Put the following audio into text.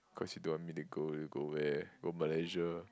cause you don't want me to go already go where go Malaysia